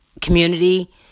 community